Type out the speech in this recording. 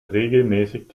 regelmäßig